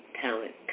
Talent